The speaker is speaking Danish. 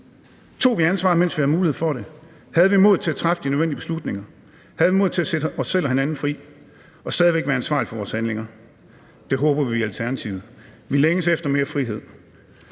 Tog vi ansvaret, mens vi havde mulighed for det? Havde vi modet til at træffe de nødvendige beslutninger? Havde vi modet til at sætte os selv og hinanden fri og stadig væk være ansvarlige for vores handlinger? Det håber vi i Alternativet. Vi længes efter mere frihed.